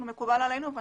מקובל עלינו.